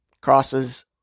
crosses